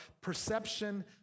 perception